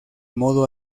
modo